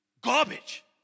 Garbage